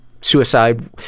suicide